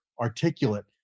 articulate